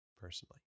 personally